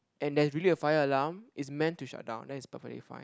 and there's really a fire alarm it's meant to shut down that is perfectly fine